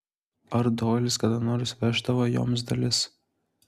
ar doilis kada nors veždavo joms dalis